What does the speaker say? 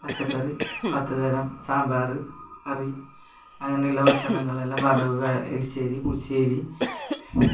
പച്ചക്കറി പത്തു തരം സാമ്പാർ കറി അങ്ങനെയുള്ള ഭക്ഷണങ്ങളെല്ലാം വറവ് എലിശ്ശേരി പുളിശ്ശേരി